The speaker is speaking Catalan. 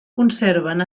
conserven